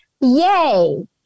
Yay